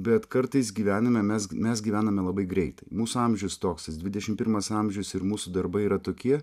bet kartais gyvenime mes mes gyvename labai greitai mūsų amžius toks jis dvidešimt pirmas amžius ir mūsų darbai yra tokie